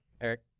Eric